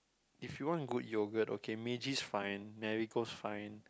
if you want a good yogurt okay Meiji's fine Marigold's fine